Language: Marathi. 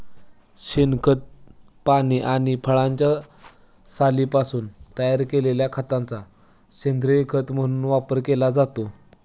शेणखत, पाने आणि फळांच्या सालींपासून तयार केलेल्या खताचा सेंद्रीय खत म्हणून वापर केला जातो